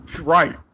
Right